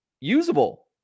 usable